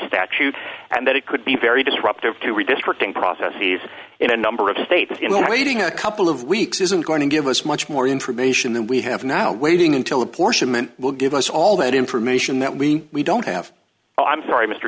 statute and that it could be very disruptive to redistricting process he's in a number of states in the meeting a couple of weeks isn't going to give us much more information than we have now waiting until apportionment will give us all that information that we we don't have i'm sorry m